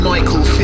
Michael